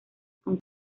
con